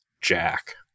Jack